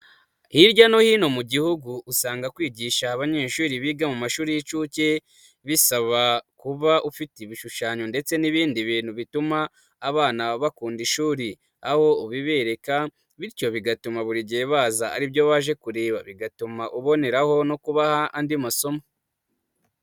Hirya no hino mu gihugu usanga kwigisha abanyeshuri biga mu mashuri y'inshuke, bisaba kuba ufite ibishushanyo ndetse n'ibindi bintu bituma abana bakunda ishuri. Aho ubibereka bityo bigatuma buri gihe baza aribyo waje kureba, bigatuma uboneraho no kubaha andi masomo.